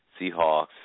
Seahawks